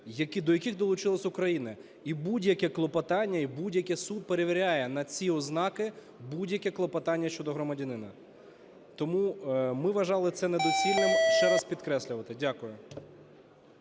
до яких долучилася Україна, і будь-яке клопотання, і будь-який суд перевіряє на ці ознаки будь-яке клопотання щодо громадянина. Тому ми вважали це недоцільним ще раз підкреслювати. Дякую.